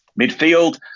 Midfield